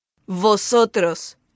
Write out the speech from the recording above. Vosotros